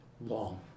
long